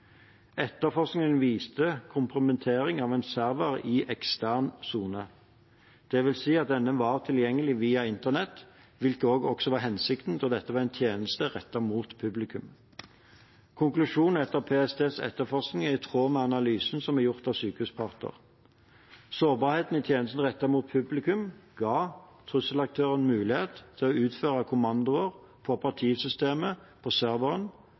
Etterforskningen viste kompromittering av en server i ekstern sone. Det vil si at denne har vært tilgjengelig via internett, hvilket også var hensikten, da dette var en tjeneste rettet mot publikum. Konklusjonen etter PSTs etterforskning er i tråd med analysen som er gjort av Sykehuspartner. Sårbarhet i tjenesten rettet mot publikum ga trusselaktøren mulighet til å utføre kommandoer på operativsystemet på